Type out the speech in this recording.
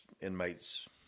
inmate's